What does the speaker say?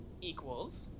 Equals